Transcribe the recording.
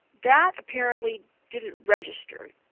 that apparently didn't register,